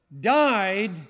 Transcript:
died